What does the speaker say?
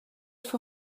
for